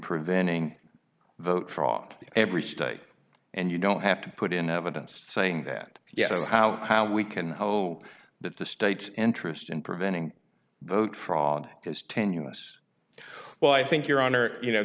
preventing vote fraud every state and you don't have to put in evidence saying that yes how how we can hope that the state's interest in preventing vote fraud is tenuous well i think your honor you know